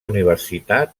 universitat